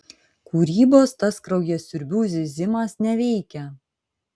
kūrybos tas kraujasiurbių zyzimas neveikia